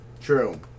True